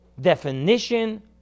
definition